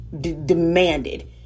demanded